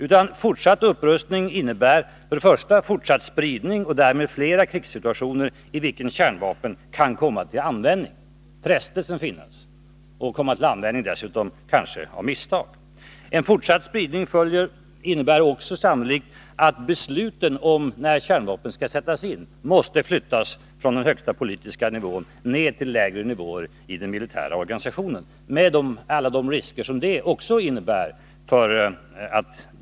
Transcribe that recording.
En fortsatt upprustning innebär fortsatt spridning och därmed fler krigssituationer i vilka kärnvapen kan komma till användning och dessutom kanske komma till användning av misstag. Fortsatt spridning innebär också sannolikt att besluten om när kärnvapnen skall sättas in måste flyttas från den högsta politiska nivån ner till lägre nivåer i den militära organisationen, med alla de risker som detta innebär.